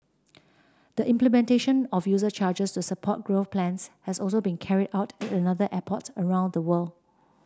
the implementation of user charges to support growth plans has also been carried out at other airports around the world